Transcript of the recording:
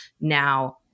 now